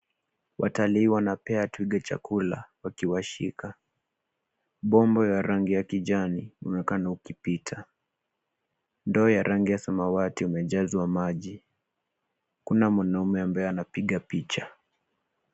Watalii wanapea twiga chakula wakiwashika. Bomba ya rangi ya kijani unaonekana ukipita. Ndoo ya rangi ya samawati umejazwa maji. Kuna mwanaume ambaye anapiga picha.